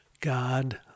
God